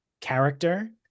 character